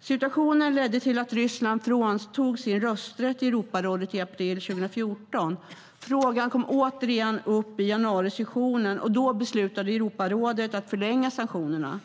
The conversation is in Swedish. Situationen ledde till att Ryssland fråntogs sin rösträtt i Europarådet i april 2014. Frågan kom återigen upp under januarisessionen, och då beslutade Europarådet att förlänga sanktionerna.